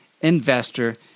investor